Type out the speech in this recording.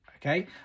Okay